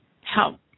help